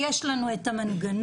יש לנו את המנגנון.